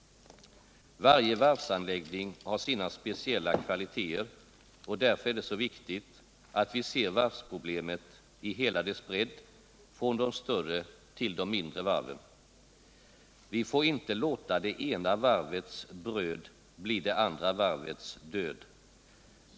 Varje varvsanläggning har sina speciella kvaliteter, och därför är det så viktigt att viser varvsproblemet i hela dess bredd från de större till de mindre varven. Vi får inte låta det ena varvets bröd bli det andra varvets död.